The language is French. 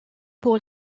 pour